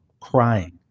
crying